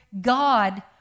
God